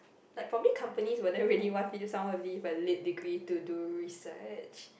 like probably companies will not really want somebody with a lit degree to do research